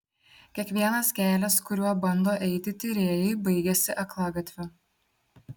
kiekvienas kelias kuriuo bando eiti tyrėjai baigiasi aklagatviu